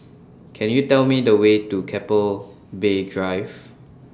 Can YOU Tell Me The Way to Keppel Bay Drive